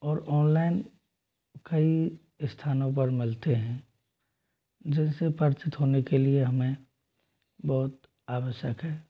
और ऑनलाइन कई स्थानों पर मिलते हैं जिनसे परिचित होने के लिए हमें बहुत आवश्यक है